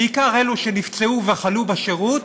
בעיקר אלו שנפצעו וחלו בשירות,